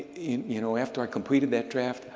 you know, after i completed that draft.